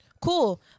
Cool